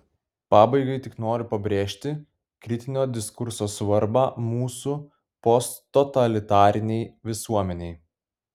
pabaigai tik noriu pabrėžti kritinio diskurso svarbą mūsų posttotalitarinei visuomenei